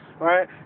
right